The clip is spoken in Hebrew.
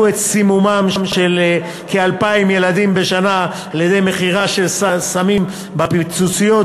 את סימומם של כ-2,000 ילדים בשנה על-ידי מכירה של סמים בפיצוציות,